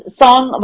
song